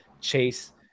Chase